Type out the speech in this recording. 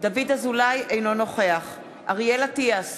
אינו נוכח אריאל אטיאס,